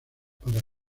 para